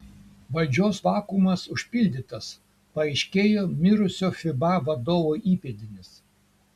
valdžios vakuumas užpildytas paaiškėjo mirusio fiba vadovo įpėdinis